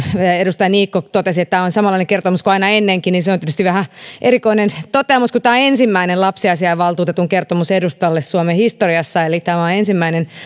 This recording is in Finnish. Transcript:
edustaja niikko totesi että tämä on samanlainen kertomus kuin aina ennenkin että se on tietysti vähän erikoinen toteamus kun tämä on ensimmäinen lapsiasiainvaltuutetun kertomus eduskunnalle suomen historiassa eli tämä on ensimmäinen